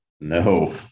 No